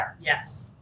Yes